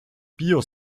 bio